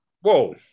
Whoa